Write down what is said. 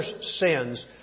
sins